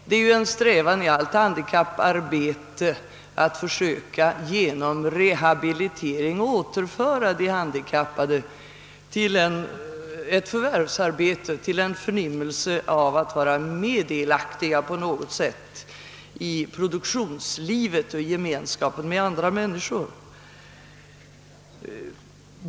Det är en strävan i allt handikapparbete att genom rehabilitering försöka återföra de handikappade till ett förvärvsarbete och att ge dem en förnimmelse av att på något sätt vara meddelaktiga i produktionslivet och i gemenskapen med andra människor.